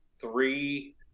three